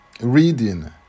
reading